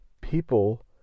people